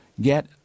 Get